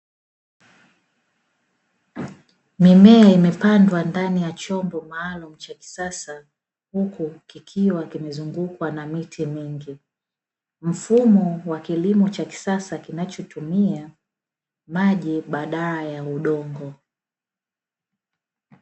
Mimea imepandwa ndani ya chombo maalumu cha kisasa, huku kikiwa kimezungukwa na miche mingi, mfumo wa kilimo cha kisasa kinachotumia maji badala ya udongo.